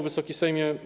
Wysoki Sejmie!